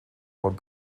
von